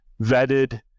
vetted